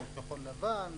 לא מכחול-לבן,